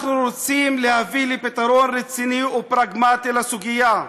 אנחנו רוצים להביא לפתרון רציני ופרגמטי לסוגיה.